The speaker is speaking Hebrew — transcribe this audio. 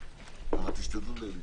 הזה.